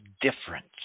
difference